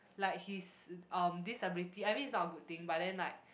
like his um disability I mean it's not a good thing but then like